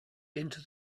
into